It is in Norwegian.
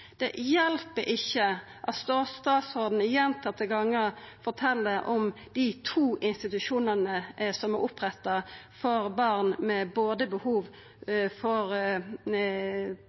Det hjelper ikkje at statsråden gjentatte gonger fortel om dei to institusjonane som er oppretta for barn som har behov for